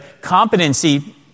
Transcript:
Competency